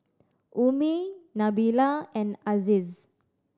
Ummi Nabila and Aziz